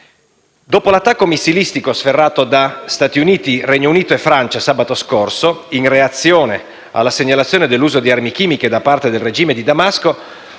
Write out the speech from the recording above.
Dopo l'attacco missilistico sferrato da Stati Uniti, Regno Unito e Francia sabato scorso, in reazione alla segnalazione dell'uso di armi chimiche da parte del regime di Damasco,